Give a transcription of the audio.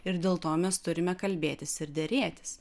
ir dėl to mes turime kalbėtis ir derėtis